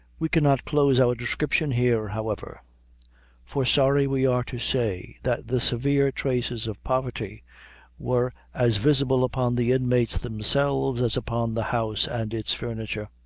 we cannot close our description here, however for sorry we are to say, that the severe traces of poverty were as visible upon the inmates themselves as upon the house and its furniture.